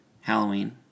Halloween